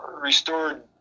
restored